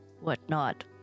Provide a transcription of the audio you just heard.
whatnot